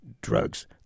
drugs